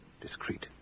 discreet